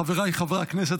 חבריי חברי הכנסת,